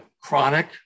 chronic